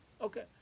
Okay